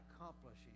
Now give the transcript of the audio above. accomplishing